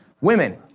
women